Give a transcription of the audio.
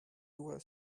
was